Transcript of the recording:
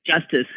Justice